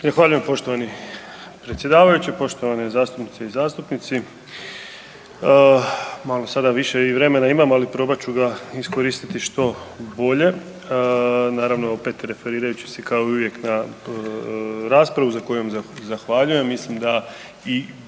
Zahvaljujem poštovani predsjedavajući, poštovane zastupnice i zastupnici. Malo sada više i vremena imam, ali probat ću ga iskoristiti što bolje naravno opet referirajući se kao uvijek na raspravu za kojom zahvaljujem